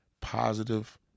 positive